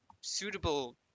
suitable